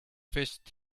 fist